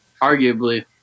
Arguably